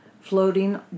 floating